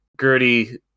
Gertie